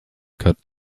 cut